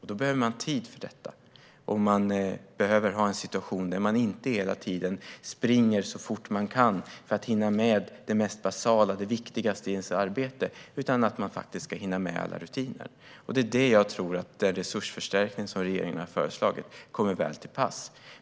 Man behöver tid för detta, och man behöver ha en situation där man inte hela tiden springer så fort man kan för att hinna med det mest basala, det viktigaste i arbetet, utan faktiskt hinner med alla rutiner. Det är här jag tror att den resursförstärkning som regeringen har föreslagit kommer väl till pass.